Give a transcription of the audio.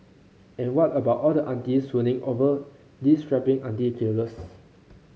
and what about all the aunties swooning over these strapping auntie killers